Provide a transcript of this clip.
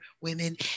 women